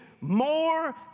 more